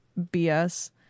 bs